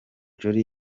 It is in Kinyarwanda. jolly